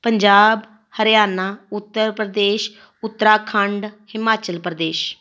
Punjab Haryana Uttar Pradesh Uttarakhand Himachal Pradesh